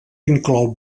inclou